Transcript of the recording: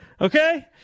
Okay